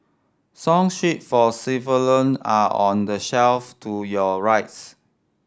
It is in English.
song sheet for are on the shelf to your rights